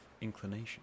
inclination